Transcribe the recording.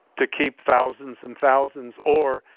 to keep thousands and thousands or,